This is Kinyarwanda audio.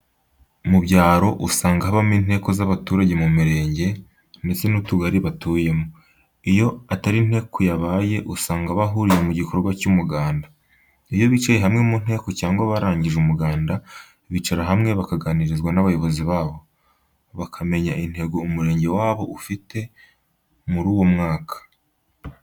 Mubyaro usanga habaho inteko z'abaturage mu murenge, ndetse n'utugari batuyemo, iyo atari inteko yabaye usanga bahuriye mu gikorwa cy'umuganda. Iyo bicaye hamwe mu inteko cyangwa barangije umuganda bicara hamwe bakaganirizwa n'abayobozi babo, bakamenya intego umurenge wabo ufite muri uwo mwaka.